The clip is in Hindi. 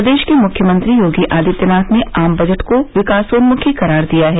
प्रदेश के मुख्यमंत्री योगी आदित्यनाथ ने आम बजट को विकासोन्मुखी करार दिया है